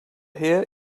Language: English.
here